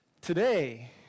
today